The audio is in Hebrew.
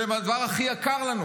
שהם הדבר הכי יקר לנו.